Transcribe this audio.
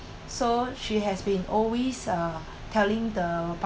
so she has been always uh telling the